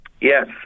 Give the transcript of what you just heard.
Yes